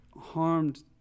harmed